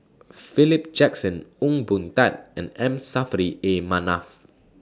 Philip Jackson Ong Boon Tat and M Saffri A Manaf